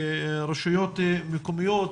רשויות מקומיות,